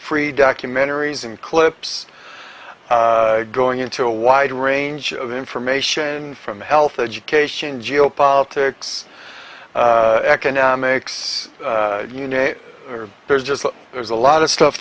free documentaries and clips going into a wide range of information from health education geopolitics economics you know there's just there's a lot of stuff